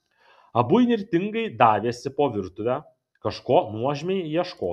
abu įnirtingai davėsi po virtuvę kažko nuožmiai ieškodami